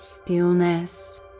stillness